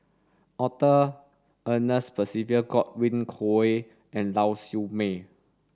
Arthur Ernest Percival Godwin Koay and Lau Siew Mei